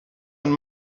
and